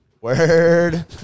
Word